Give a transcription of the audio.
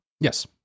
Yes